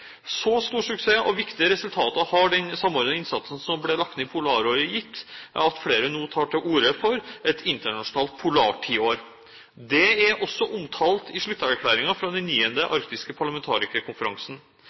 Så stor suksess og så viktige resultater har den samordnede innsatsen som ble lagt ned i Polaråret, gitt, at flere nå tar til orde for et internasjonalt polartiår. Det er også omtalt i slutterklæringen fra Den